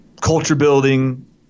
culture-building